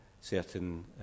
certain